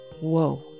Whoa